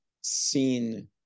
seen